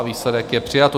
Výsledek: přijato.